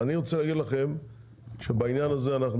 אני רוצה להגיד לכם שבעניין הזה אנחנו